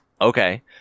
Okay